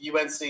UNC